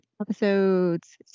episodes